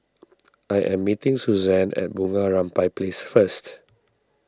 I am meeting Suzann at Bunga Rampai Place first